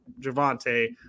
javante